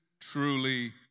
truly